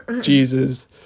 Jesus